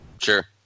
Sure